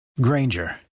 Granger